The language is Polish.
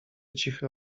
cichy